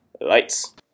Lights